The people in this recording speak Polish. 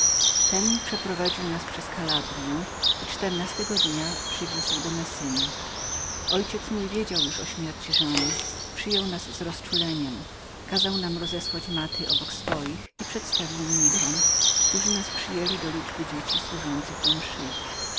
ten przeprowadził nas przez kalabryę i czternastego dnia przywiózł do messynymessyny ojciec mój wiedział już o śmierci swej żony przyjął nas z rozczuleniem kazał rozesłać maty obok swojej i przedstawił mnichom którzy przyjęli nas do liczby dzieci służących do mszy